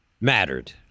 mattered